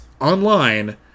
online